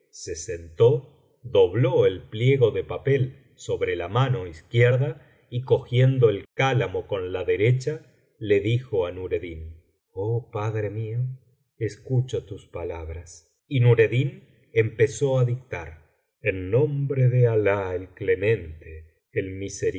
se sentó dobló el pliego de papel sobre la mano izquierda y cogiendo el cálamo con la derecha le dijo á nureddin oh padre mío escucho tus palabras y nureddin empezó á dictar en nombre de alah el clemente el